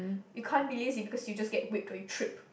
you can't be lazy because you just get whipped or you trip